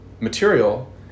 material